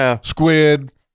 squid